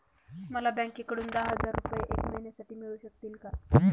मला बँकेकडून दहा हजार रुपये एक महिन्यांसाठी मिळू शकतील का?